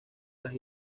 las